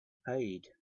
paid